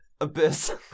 abyss